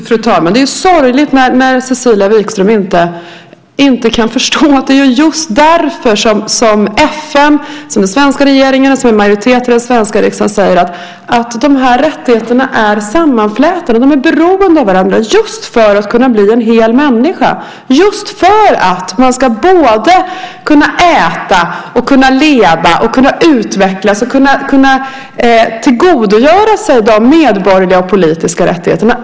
Fru talman! Det är sorgligt när Cecilia Wikström inte kan förstå att det är just därför som FN, den svenska regeringen, en majoritet av den svenska riksdagen, säger att dessa rättigheter är sammanflätade. De är beroende av varandra just för att man ska kunna bli en hel människa, just för att man både ska kunna äta, leva, utvecklas och tillgodogöra sig de medborgerliga och politiska rättigheterna.